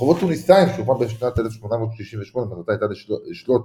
לחובות תוניסאים שהוקמה בשנת 1868 ומטרתה הייתה לשלוט